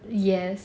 yes